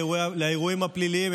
לאירועים הפליליים.